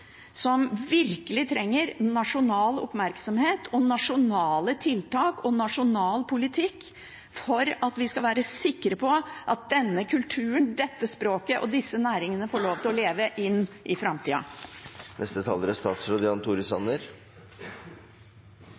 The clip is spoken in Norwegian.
som virkelig trenger nasjonal oppmerksomhet, nasjonale tiltak og nasjonal politikk for at vi skal være sikre på at denne kulturen, dette språket og disse næringene får lov til å leve inn i framtida. Neste uke, den 6. februar, er